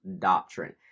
Doctrine